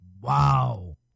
Wow